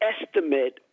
estimate